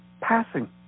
passing